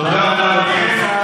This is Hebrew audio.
תודה רבה לשר.